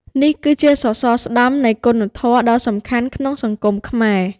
នេះគឺជាសសរស្តម្ភនៃគុណធម៌ដ៏សំខាន់ក្នុងសង្គមខ្មែរ។